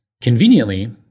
Conveniently